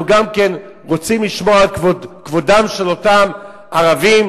אנחנו גם כן רוצים לשמור על כבודם של אותם ערבים